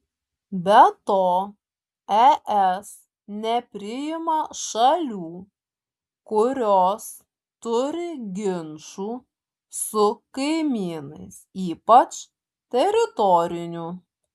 be to es nepriima šalių kurios turi ginčų su kaimynais ypač teritorinių